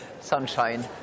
sunshine